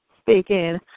speaking